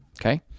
Okay